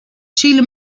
sheila